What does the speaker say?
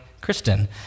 Kristen